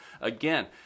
Again